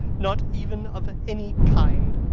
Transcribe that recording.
not even of any kind.